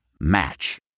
Match